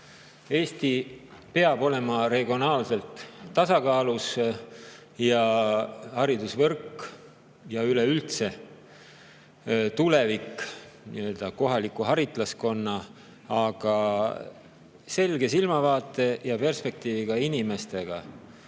Eesti peab olema regionaalselt tasakaalus ja haridusvõrk, üldse kohaliku haritlaskonna, selge silmavaate ja perspektiiviga inimeste